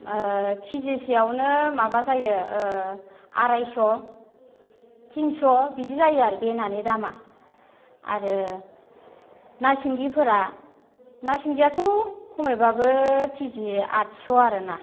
ओ केजिसेयावनो माबा जायो ओ आरायस' थिनस' बिदि जायो आरो बे नानि दामा आरो ना सिंगि फोरा ना सिंगिआथ' खमैब्लाबो केजि आठस' आरोना